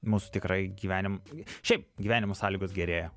mūsų tikrai gyvenim šiaip gyvenimo sąlygos gerėja